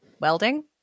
Welding